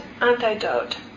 antidote